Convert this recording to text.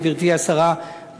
גברתי השרה,